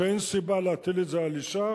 ואין סיבה להטיל את זה על אשה.